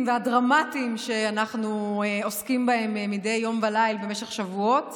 והדרמטיים שאנחנו עוסקים בהם מדי יום וליל במשך שבועות